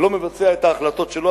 לא מבצע את ההחלטות שלו,